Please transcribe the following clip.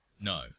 No